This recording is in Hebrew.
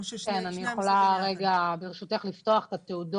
או ששניהם --- אני יכולה לפתוח את התעודות,